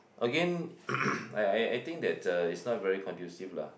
again I I I think that uh it's not very conducive lah